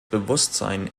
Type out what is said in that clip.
bewusstsein